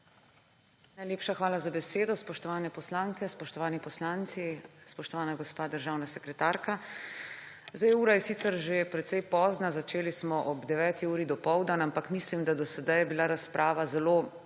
Najlepša hvala za besedo. Spoštovane poslanke, spoštovani poslanci, spoštovana gospa državna sekretarka! Ura je sicer že precej pozna, začeli smo ob 9. uri dopoldan, ampak mislim, da je bila do sedaj razprava zelo